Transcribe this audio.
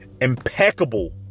impeccable